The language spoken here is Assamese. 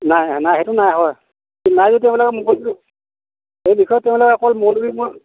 নাই নাই সেইটো নাই হয় নাই যদি সেই বিষয়ে তেওঁলোকে অকল